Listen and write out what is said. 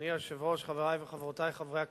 אדוני היושב-ראש, חברי וחברותי חברי הכנסת,